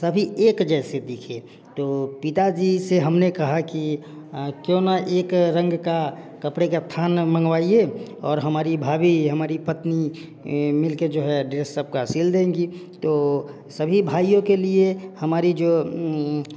सभी एक जैसे दिखे तो पिता जी से हमने कहा की क्यों ना एक रंग का कपड़े का थान मँगवाइए और हमारी भाभी हमारी पत्नी मिल के जो है सब का ड्रेस सिल देंगे तो सभी भाइयों के लिए हमारी जो